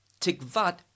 tikvat